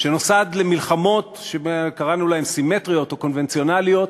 שנוסד למלחמות שקראנו להן "סימטריות" או "קונבנציונליות",